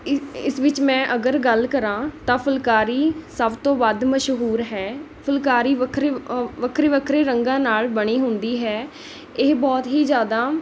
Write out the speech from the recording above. ਇ ਇਸ ਵਿੱਚ ਮੈਂ ਅਗਰ ਗੱਲ ਕਰਾਂ ਤਾਂ ਫੁੱਲਕਾਰੀ ਸਭ ਤੋਂ ਵੱਧ ਮਸ਼ਹੂਰ ਹੈ ਫੁੱਲਕਾਰੀ ਵੱਖਰੇ ਵੱਖਰੇ ਵੱਖਰੇ ਰੰਗਾਂ ਨਾਲ਼ ਬਣੀ ਹੁੰਦੀ ਹੈ ਇਹ ਬਹੁਤ ਹੀ ਜ਼ਿਆਦਾ